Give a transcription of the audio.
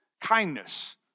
Kindness